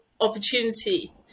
opportunity